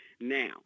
now